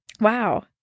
Wow